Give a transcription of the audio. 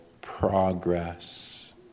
progress